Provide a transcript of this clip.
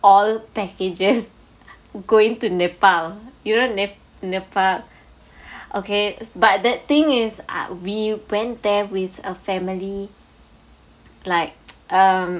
all packages going to nepal you know nep~ nepal okay but the thing is uh we went there with a family like um